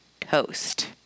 Toast